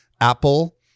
Apple